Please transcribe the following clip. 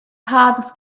cobs